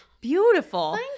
Beautiful